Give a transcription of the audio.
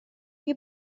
you